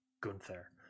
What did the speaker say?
Gunther